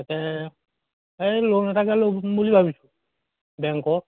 তাকে এই লোন এটাকে ল'ম বুলি ভাবিছোঁ বেংকৰ